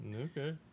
Okay